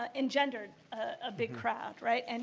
ah engendered a big crowd, right? and